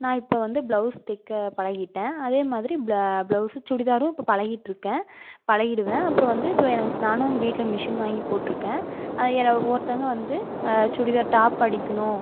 நான் இப்போ வந்து பிளவுஸ் தைக்க பழகிட்டேன் அதே மாதிரி பிளவுஸு சுடிதாரும் இப்போ பழகிட்டுருக்கேன் பழகிடுவேன் அப்புறம் வந்து இப்போ எனக்கு நானும் வீட்டில் மிஷின் வாங்கி போட்டுருக்கேன் அது யாராது ஒவ்வொருத்தவங்க வந்து சுடிதார் டாப் அடிக்கணும்